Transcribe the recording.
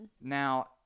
now